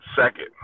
second